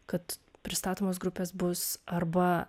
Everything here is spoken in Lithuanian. kad pristatomos grupės bus arba